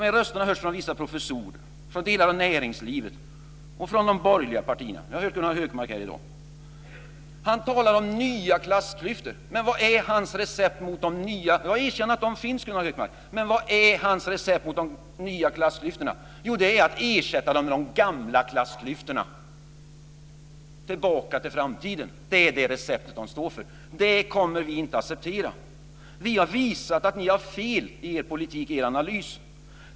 De rösterna hörs från vissa professorer, från delar av näringslivet och från de borgerliga partierna. Vi har hört Gunnar Hökmark här i dag. Han talar om nya klassklyftor. Jag erkänner att de finns, Gunnar Hökmark. Men vad är hans recept mot de nya klassklyftorna? Jo, det är att ersätta dem med de gamla klassklyftorna. Tillbaka till framtiden är det recept moderaterna står för. Det kommer vi inte att acceptera. Vi har visat att ni har fel i er politik och i er analys.